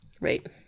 Right